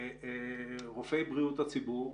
רופאי בריאות הציבור,